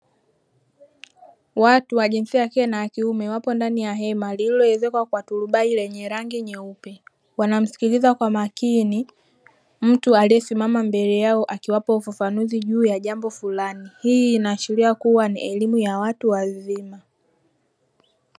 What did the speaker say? Watu wa jinsia ya kike na ya kiume wapo ndani ya hema lililoezekwa kwa turubai lenye rangi nyeupe, wanamsikiliza kwa makini mtu aliyesimama mbele yao akiwapa ufafanuzi juu ya jambo furani, hii inaashiria kuwa ni elimu ya watu wazima.